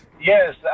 Yes